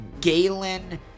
Galen